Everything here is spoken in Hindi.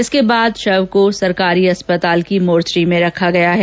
इसके बाद शव को सरकारी अस्पताल की मोर्चरी में रखा गया है